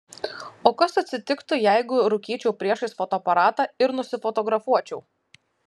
o kas atsitiktų jeigu rūkyčiau priešais fotoaparatą ir nusifotografuočiau